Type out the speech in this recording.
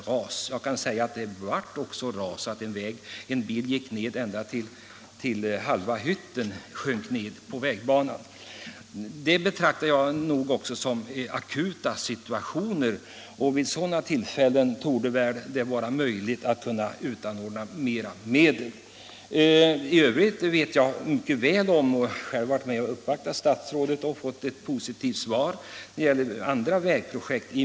Ras har också inträffat och i ett fall sjönk en lastbil ned så djupt att halva förarhytten befann sig under vägnivån. Jag betraktar detta som en akut situation, och det torde vid sådana tillfällen vara möjligt att utanordna mera medel med litet god vilja. I övrigt känner jag mycket väl till de andra vägprojekten i mitt hemlän, och jag har själv varit med om att uppvakta statsrådet och fått positivt svar i sammanhanget.